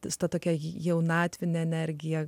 virsta tokia jį jaunatvine energija